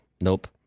nope